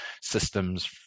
systems